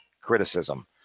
criticism